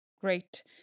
great